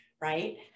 right